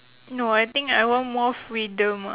no I think I want more freedom